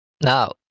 Now